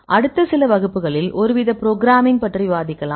அடுத்த சில வகுப்புகளில் ஒருவித ப்ரோக்ராம்மிங் பற்றி விவாதிக்கலாம்